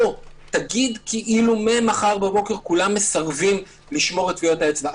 תגיד כאילו ממחר כולם מסרבים לשמור את טביעות האצבע.